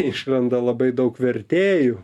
išlenda labai daug vertėjų